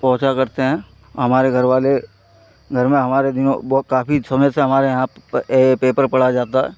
पहुँचा करते हैं हमारे घरवाले घर में हमारे दिनों बहुत काफ़ी समय से हमारे यहाँ पेपर पढ़ा जाता है